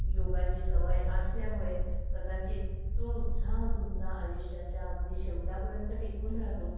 योगाची सवय असल्यामुळे कदाचित तो उत्साह तुमचा आयुष्याच्या अगदी शेवटापर्यंत टिकून राहतो